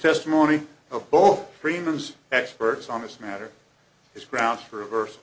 testimony of both premiums experts on this matter is grounds for a verse